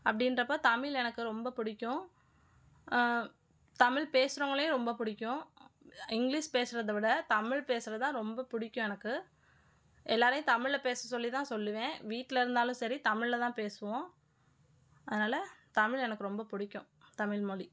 அப்படின்றப்ப தமிழ் எனக்கு ரொம்ப பிடிக்கும் தமிழ் பேசுகிறவங்களையும் ரொம்ப பிடிக்கும் இங்கிலீஷ் பேசுறதை விட தமிழ் பேசுகிறதுதான் ரொம்ப பிடிக்கும் எனக்கு எல்லோரையும் தமிழில் பேச சொல்லிதான் சொல்வேன் வீட்டில் இருந்தாலும் சரி தமிழில் தான் பேசுவோம் அதனால தமிழ் எனக்கு ரொம்ப பிடிக்கும் தமிழ் மொழி